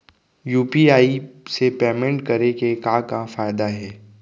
UPI से payment करे के का का फायदा हे?